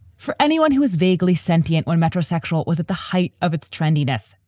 for anyone who is vaguely sentiment, one metrosexual was at the height of its trendiness,